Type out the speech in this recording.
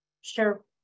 Sure